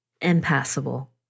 impassable